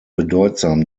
bedeutsam